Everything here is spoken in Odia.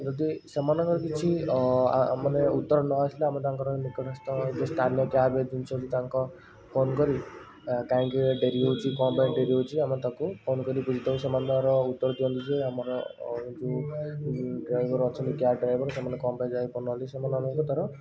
ଯଦି ସେମାନଙ୍କର କିଛି ଆ ମାନେ ଉତ୍ତର ନ ଆସିଲା ଆମେ ତାଙ୍କର ନିକଟସ୍ଥ ସ୍ଥାନ ଯାହା ବି ଜିନିଷ ଅଛି ତାଙ୍କ ଫୋନ୍ କରି କାଇଁକି ଡେରି ହେଉଛି କ'ଣ ପାଇଁ ଡେରି ହେଉଛି ଆମେ ତାଙ୍କୁ ଫୋନ୍ କରି ବୁଝିଥାଉ ସେମାନେ ତାଙ୍କର ଉତ୍ତର ଦିଅନ୍ତି ଯେ ଆମର ଯେଉଁ ଡ୍ରାଇଭର୍ ଅଛନ୍ତି କ୍ୟାବ୍ ଡ୍ରାଇଭର୍ ସେମାନେ କ'ଣ ପାଇଁ ଯାଇପାରୁନାହାଁନ୍ତି ସେମାନେ ଆମକୁ ତା'ର